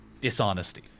dishonesty